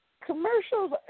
Commercials